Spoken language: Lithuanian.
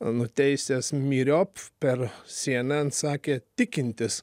nuteisęs myriop per sy en en sakė tikintis